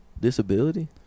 disability